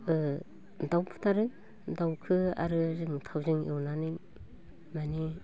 ओ दाउ बुथारो दाउखो आरो जों थावजों एवनानै मानि